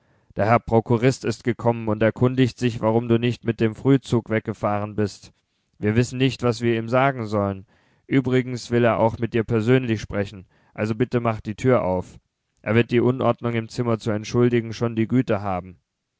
der herr prokurist ist gekommen und erkundigt sich warum du nicht mit dem frühzug weggefahren bist wir wissen nicht was wir ihm sagen sollen übrigens will er auch mit dir persönlich sprechen also bitte mach die tür auf er wird die unordnung im zimmer zu entschuldigen schon die güte haben